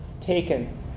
taken